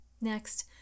Next